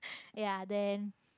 ya then